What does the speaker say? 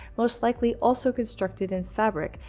most likely also constructed in fabric,